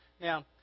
Now